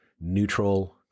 neutral